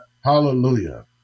hallelujah